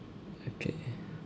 okay